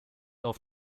auf